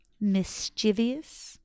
mischievous